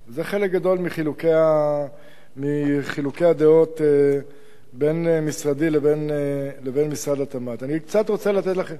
זה חלק גדול מחילוקי הדעות בין משרדי לבין משרד האוצר.